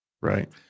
Right